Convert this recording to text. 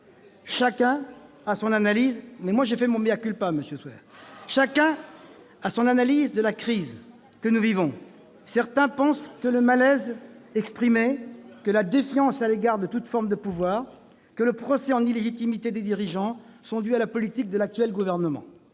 Chacun a son analyse de la crise que nous vivons. Certains pensent que le malaise exprimé, la défiance à l'égard de toute forme de pouvoir et le procès en illégitimité des dirigeants sont dus à la politique de l'actuel gouvernement.